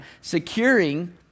securing